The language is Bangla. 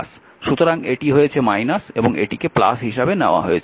সুতরাং এটি হয়েছে এবং এটিকে হিসাবে নেওয়া হয়েছে